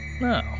No